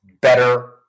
better